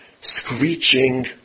screeching